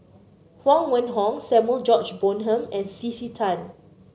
Huang Wenhong Samuel George Bonham and C C Tan